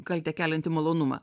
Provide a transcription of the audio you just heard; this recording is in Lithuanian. kaltę keliantį malonumą